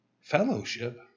fellowship